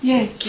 Yes